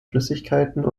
flüssigkeiten